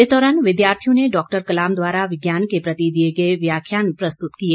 इस दौरान विद्यार्थियों ने डॉ कलाम द्वारा विज्ञान के प्रति दिए गए व्याख्यान प्रस्तुत किए